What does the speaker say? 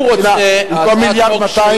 במקום 1.2 מיליארד,